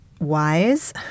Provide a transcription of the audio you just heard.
wise